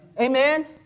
Amen